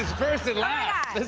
first and last.